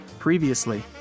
Previously